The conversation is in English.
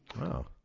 Wow